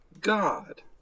God